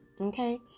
okay